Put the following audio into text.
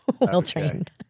well-trained